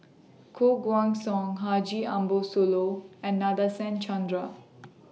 Koh Guan Song Haji Ambo Sooloh and Nadasen Chandra